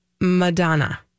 Madonna